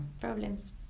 problems